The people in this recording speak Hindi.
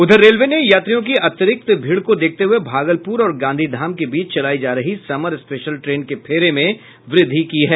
उधर रेलवे ने यात्रियों की अतिरिक्त भीड़ को देखते हुए भागलपुर और गांधी धाम के बीच चलायी जा रही समर स्पेशल ट्रेन के फेरे में वृद्धि की है